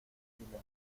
silencio